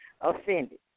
offended